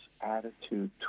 attitude